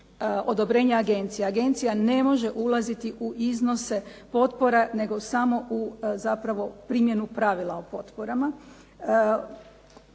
odobrenje agencije. Agencija ne može ulaziti u iznose potpora nego samo u zapravo primjenu pravila o potporama.